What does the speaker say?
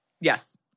Yes